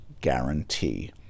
guarantee